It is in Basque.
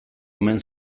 omen